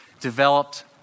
developed